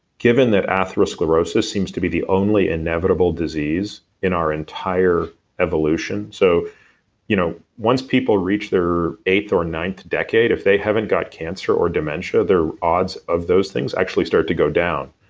given that atherosclerosis seems to be the only inevitable disease in our entire evolution. so you know once people reach their eighth or ninth decade, if they haven't got cancer or dementia, their odds of those things actually start to go down.